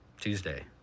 Tuesday